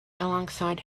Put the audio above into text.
alongside